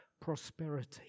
prosperity